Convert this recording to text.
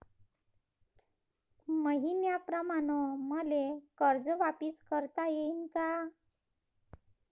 मईन्याप्रमाणं मले कर्ज वापिस करता येईन का?